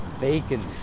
Bacon